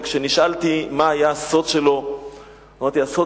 וכשנשאלתי מה היה הסוד שלו אמרתי: הסוד